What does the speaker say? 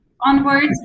onwards